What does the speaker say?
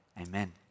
Amen